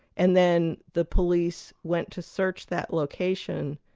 and then the police went to search that location,